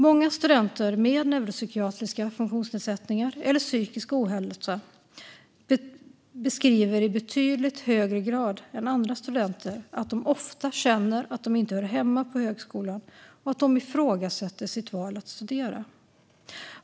Många studenter med neuropsykiatriska funktionsnedsättningar eller psykisk ohälsa beskriver i betydligt högre grad än andra studenter att de ofta känner att de inte hör hemma på högskolan och att de ifrågasätter sitt val att studera.